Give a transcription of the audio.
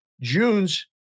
June's